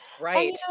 Right